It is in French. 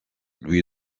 lui